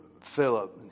Philip